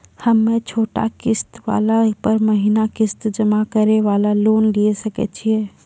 हम्मय छोटा किस्त वाला पर महीना किस्त जमा करे वाला लोन लिये सकय छियै?